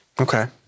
Okay